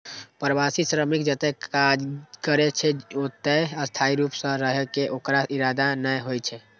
प्रवासी श्रमिक जतय काज करै छै, ओतय स्थायी रूप सं रहै के ओकर इरादा नै होइ छै